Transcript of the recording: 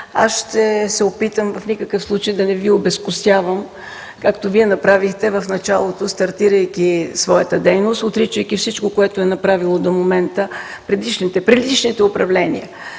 Ще се опитам в никакъв случай да не Ви обезкостявам, както Вие направихте в началото, стартирайки своята дейност, отричайки всичко, което е направено до момента в предишните управления.